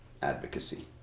Advocacy